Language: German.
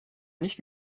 nicht